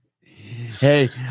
Hey